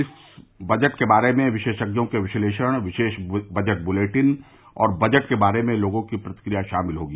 इसमें बजट के बारे में विशेषज्ञों के विश्लेषण विशेष बजट बुलेटिन और बजट के बारे में लोगों की प्रतिक्रिया शामिल होंगी